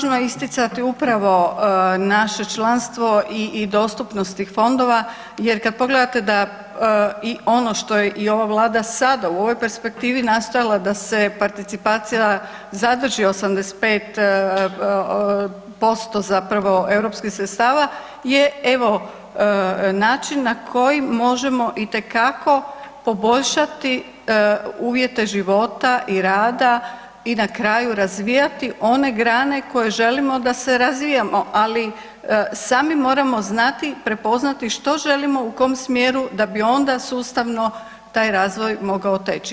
Pa zato je važno isticati upravo naše članstvo i dostupnost tih fondova jer kad pogledate da i ono što je i ova vlada sada u ovoj perspektivi nastojala da se participacija zadrži 85% zapravo europskih sredstava je evo način na koji možemo itekako poboljšati uvjete života i rada i na kraju razvijati one grane koje želimo da se razvijamo, ali sami moramo znati i prepoznati što želimo u kom smjeru da bi onda sustavno taj razvoj mogao teći.